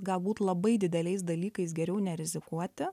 galbūt labai dideliais dalykais geriau nerizikuoti